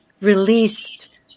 released